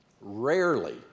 Rarely